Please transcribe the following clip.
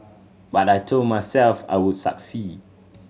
but I told myself I would succeed